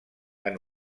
han